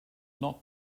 not